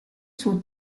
suo